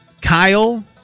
Kyle